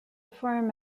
form